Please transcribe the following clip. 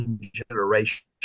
generation